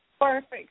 perfect